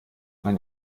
ein